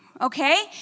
okay